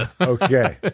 Okay